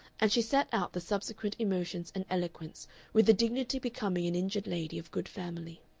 and she sat out the subsequent emotions and eloquence with the dignity becoming an injured lady of good family.